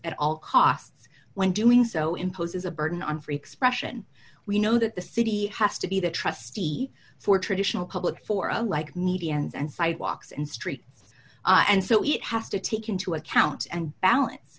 at all costs when doing so imposes a burden on free expression we know that the city has to be the trustee for traditional public fora like media and sidewalks and streets and so it has to take into account and balance